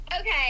okay